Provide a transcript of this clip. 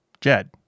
jed